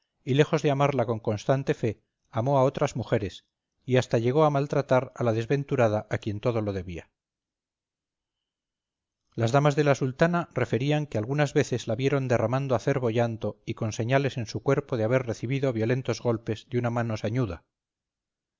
y lejos de amarla con constante fe amó a otras mujeres y hasta llegó a maltratar a la desventurada a quien todo lo debía las damas de la sultana referían que algunas veces la vieron derramando acerbo llanto y con señales en su cuerpo de haber recibido violentos golpes de una mano sañuda